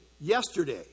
Yesterday